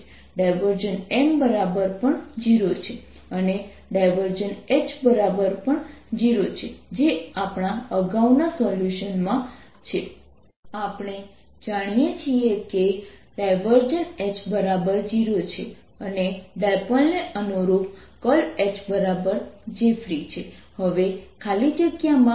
M Hinside M Houtside0 B 0H M Binside o M M0 Boutside0 તેથી M function જેવું છે અથવા જો તમને ગમે તો તે સપાટીના ચુંબકીય ચાર્જ ને ઉત્તેજન આપે છે